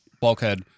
bulkhead